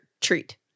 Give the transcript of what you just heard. treat